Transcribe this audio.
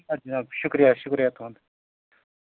جناب شُکریہِ شُکریہِ تُہنٛد